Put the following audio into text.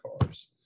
cars